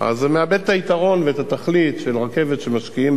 זה מאבד את היתרון ואת התכלית של רכבת שמשקיעים